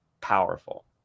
powerful